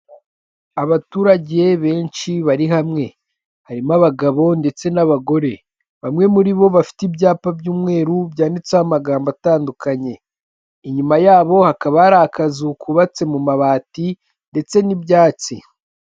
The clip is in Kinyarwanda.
Abaturage benshi bari hamwe, harimo abagabo ndetse n'abagore, bamwe muri bo bafite ibyapa by'umweru byanditseho amagambo atandukanye, inyuma yabo hakaba ari akazu kubatse mu mabati ndetse n'ibyatsi.